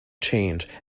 change